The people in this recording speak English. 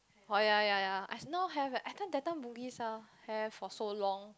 oh ya ya ya I now have eh that time Bugis ah have for so long